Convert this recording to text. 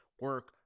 Work